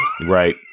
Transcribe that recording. Right